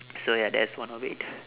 so ya that's one of it